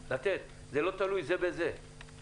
שלא יבקשו ממני להיות שותף לדבר